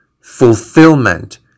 fulfillment